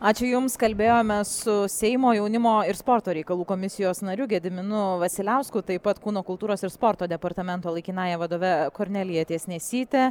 ačiū jums kalbėjome su seimo jaunimo ir sporto reikalų komisijos nariu gediminu vasiliausku taip pat kūno kultūros ir sporto departamento laikinąja vadove kornelija tiesnesyte